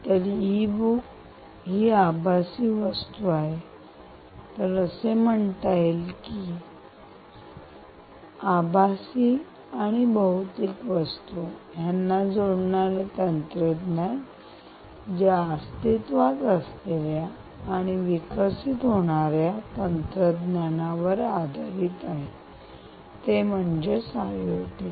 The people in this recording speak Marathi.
तर ई बुक ही आभासी वस्तू आहे तर असे म्हणता येईल की आभासी आणि भौतिक वस्तू यांना जोडणारी तंत्रज्ञान जे अस्तित्वात असलेल्या आणि विकसित होणाऱ्या तंत्रज्ञानावर आधारित आहे ते म्हणजे आयओटी